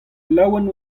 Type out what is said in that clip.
laouen